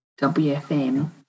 WFM